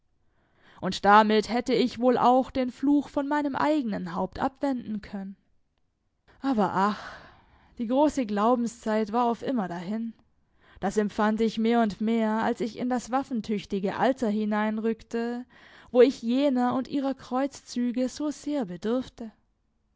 und damit hätte ich wohl auch den fluch von meinem eigenen haupt abwenden können aber ach die große glaubenszeit war auf immer dahin das empfand ich mehr und mehr als ich in das waffentüchtige alter hineinrückte wo ich jener und ihrer kreuzzüge so sehr bedurfte